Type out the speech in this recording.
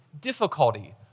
difficulty